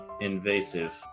invasive